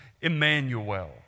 Emmanuel